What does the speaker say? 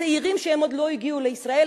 הצעירים שעוד לא הגיעו לישראל,